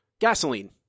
Gasoline